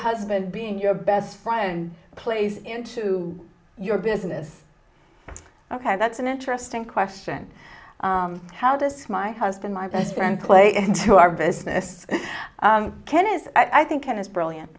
husband being your best friend plays into your business ok that's an interesting question how this my husband my best friend play into our business ken is i think ken is brilliant